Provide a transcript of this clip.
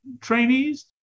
trainees